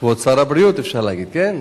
כבוד שר הבריאות, אפשר להגיד, כן?